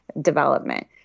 development